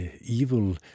evil